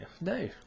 no